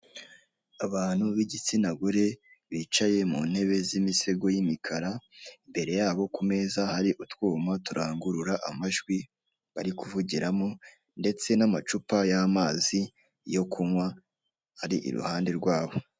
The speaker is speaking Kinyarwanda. Abantu b'igitsina gore bicaye mu ntebe z'imisego y'imikara imbere yabo kumeza hari utwuma turangurura amajwi bari kuvugiramo, ndetse n'amacupa y'amazi yo kunywa ari i ruhande rwabo.